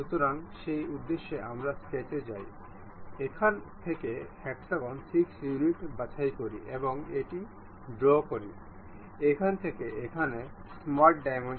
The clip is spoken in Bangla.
সুতরাং একটি লিনিয়ার কাপলার একটি লিনিয়ার ফ্যাশনে দুটি আইটেমের মধ্যে সংযোগ স্থাপনের অনুমতি দেয় আমরা সেটা যাচাই করে দেখবো